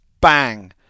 bang